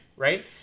Right